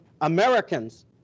Americans